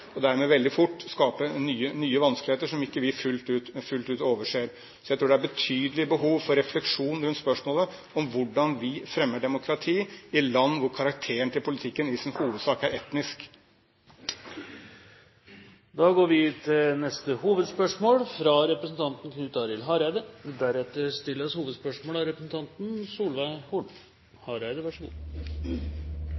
og dermed veldig fort skape nye vanskeligheter som ikke vi fullt ut har oversikt over. Så jeg tror det er betydelig behov for refleksjon rundt spørsmålet om hvordan vi fremmer demokrati i land hvor karakteren til politikken i sin hovedsak er etnisk. Da går vi til neste hovedspørsmål. Kampen for å avgrense skadelege klimaendringar og kjempe mot absolutt fattigdom er to av